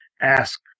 ask